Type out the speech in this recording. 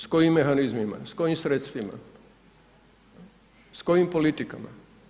S kojim mehanizmima, s kojim sredstvima, s kojim politikama?